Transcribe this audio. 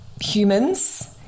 humans